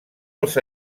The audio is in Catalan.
els